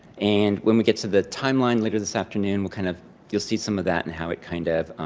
and when we get to the timeline later this afternoon, we'll kind of you'll see some of that, and how it kind of